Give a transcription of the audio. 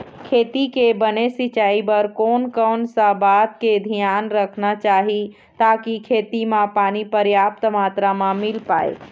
खेती के बने सिचाई बर कोन कौन सा बात के धियान रखना चाही ताकि खेती मा पानी पर्याप्त मात्रा मा मिल पाए?